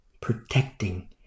protecting